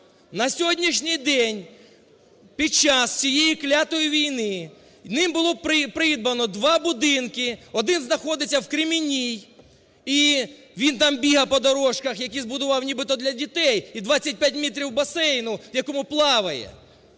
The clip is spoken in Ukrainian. На сьогоднішній день, під час цієї клятої війни, ним було придбано два будники. Один знаходиться в Кремінній, і він там бігає по доріжках, які збудував нібито для дітей, і 25 метрів басейну, в якому плаває.